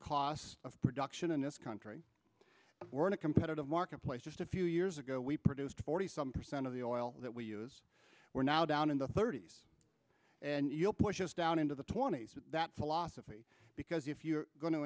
cost of production in this country we're in a competitive marketplace just a few years ago we produced forty some percent of the oil that we use we're now down in the thirty's and you know pushes down into the twenty's that philosophy because if you're going to